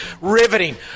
Riveting